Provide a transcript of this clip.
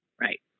Right